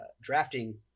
drafting